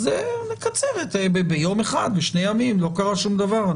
אז נקצר ביום אחד, בשני ימים, לא קרה שום דבר.